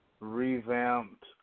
revamped